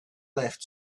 left